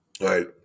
right